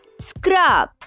Scrub